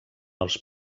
els